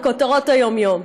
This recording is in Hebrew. לכותרות היום-יום,